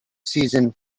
season